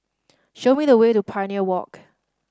show me the way to Pioneer Walk